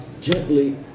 gently